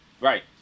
right